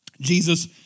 Jesus